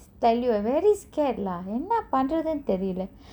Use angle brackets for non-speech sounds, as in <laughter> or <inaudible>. <noise> tell you a very scared lah என்ன பன்ரதுனு தெரில:enna panrathunu therila <breath>